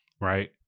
right